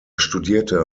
studierte